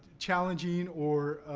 challenging or,